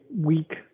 weak